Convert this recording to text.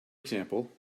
example